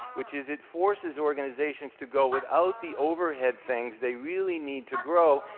which is, it forces organizations to go without the overhead things they really need to grow,